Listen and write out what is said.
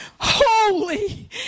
holy